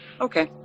Okay